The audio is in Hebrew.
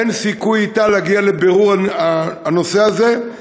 אין סיכוי להגיע אתה לבירור הנושא הזה.